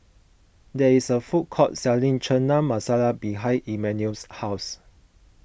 there is a food court selling Chana Masala behind Immanuel's house